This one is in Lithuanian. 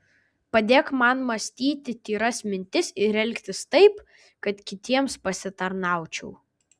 padėk man mąstyti tyras mintis ir elgtis taip kad kitiems pasitarnaučiau